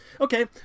Okay